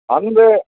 ಅಂದು